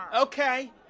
Okay